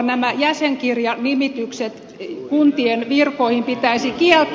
nämä jäsenkirjanimitykset kuntien virkoihin pitäisi kieltää